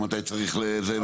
מתי צריך זה.